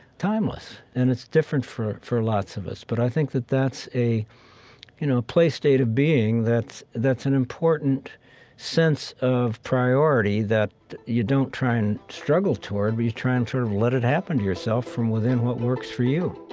timeless. and it's different for, for lots of us but i think that that's a, you know, a play state of being that's that's an important sense of priority that you don't try and struggle toward, but you try and sort of let it happen to yourself from within what works for you